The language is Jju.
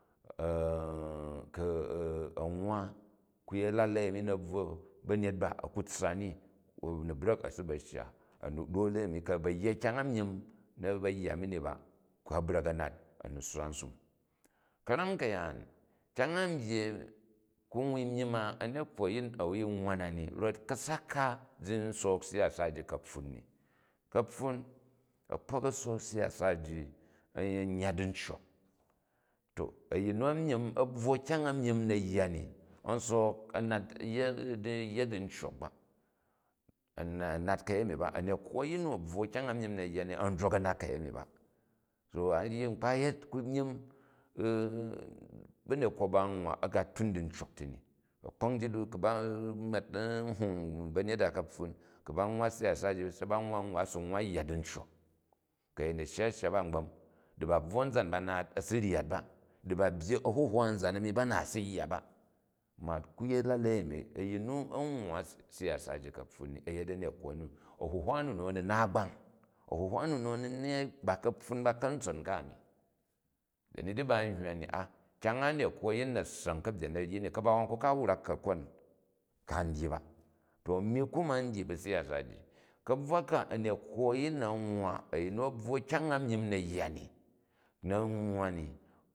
ku a nwwa ku yet a̱lelei anni na̱ bvwo ba̱nyut ba a ku tssa ni, a̱ ni bra̱k a si ba shya dole ani ku a ba yya kyang a myim na̱ ba yya nu ni ba, tha̱ a̱ bra̱k a̱ nat a̱ ni sswa nsum. Ka̱ram ka̱yaan, kyang an byyi ku n wa myim a a̱nekwo a̱yin, a wai nuwa na ni vot ka̱sak ka zi n sook siyasa ji kaptun ni. Ka̱pfun a̱kpok a̱sook siyasa ji a̱n yya dicyok, to a̱yin nu a̱myim, a̱bvwo kyang amyim na̱ yya ni, an sook a̱ nat yya dicyok ba, a̱ nat ka̱yem ba, a̱nekwo a̱yin nu, a̱ a̱ bvwo kyay a myim na̱ yya ni a̱n drok a̱ nat kayemi ba. So a̱ vyi nkpa yet ku myim, ba̱ ne kwo ba a̱n nwwa a̱ ga tun chnalok ti ni, akpok njit u nhnna banyet a ka̱ptun ku ba nwwa siyasa ji, se ba nwwa nwwa a̱ si nwwa yya dincyok, ka̱ a̱yin a̱ shyi u shya ba a̱nybom, di ba buwoi a̱nzan ba naat a̱ si vyat ba, di ba byyi a̱huhwa a̱nzan a̱ni ba nawa̱ di yya ba. Ma ku yet a̱lahei a̱mi a̱yin nu, a nwira siyasa ji kapfun ni, a̱ yet aneknoni ahuhwa nu mi a̱ ni naat gbay, ahnhwla nu nu a ni ba kaptun ba kantson ka ain. Da̱ ni di ba n hywa ni a kyang a anekwo a̱yin na ssang ka̱byen a̱ ryi in, ka̱bawon ko ka wrak ka̱kon ka n dyi ba. To ami ku ma ndyi bu siyasa ji, kabvwa ka, ga̱ne kwo a̱yin na n nwwa, ayin na a bvwo kyay a nkjim na̱ yya ni na̱ n nwwa ni.